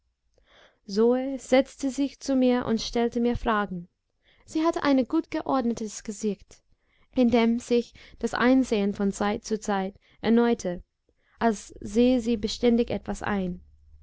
zo setzte sich zu mir und stellte mir fragen sie hatte ein gutgeordnetes gesicht in dem sich das einsehen von zeit zu zeit erneute als sähe sie beständig etwas ein